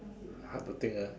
hard to think ah